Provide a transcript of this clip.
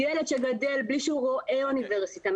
ילד שגדל בלי שהוא רואה אוניברסיטה,